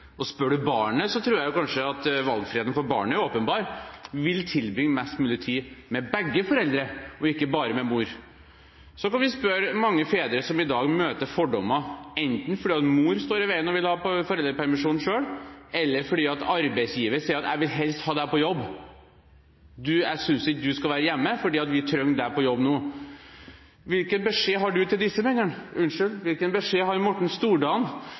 Spør du barnet, tror jeg kanskje at valget er åpenbart. Barnet vil tilbringe mest mulig tid med begge foreldre, ikke bare med mor. Så kan vi spørre mange fedre som i dag møter fordommer, enten fordi mor står i veien og vil ha foreldrepermisjonen selv, eller fordi arbeidsgiver sier: Jeg vil helst ha deg på jobb. Jeg synes ikke du skal være hjemme, for vi trenger deg på jobb nå. Hvilken beskjed har Morten Stordalen til disse mennene, som i dag faktisk trenger loven for å sikre seg den rettigheten? Som sagt, jeg har